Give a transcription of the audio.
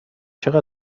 چقدر